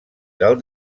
del